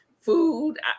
food